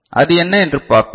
அது என்ன என்று பார்ப்போம்